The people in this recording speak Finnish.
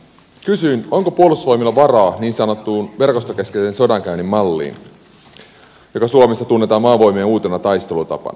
kysyin onko puolustusvoimilla varaa niin sanottuun verkostokeskeisen sodankäynnin malliin joka suomessa tunnetaan maavoimien uutena taistelutapana